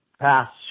past